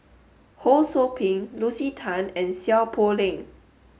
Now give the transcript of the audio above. Ho Sou Ping Lucy Tan and Seow Poh Leng